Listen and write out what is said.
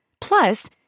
Plus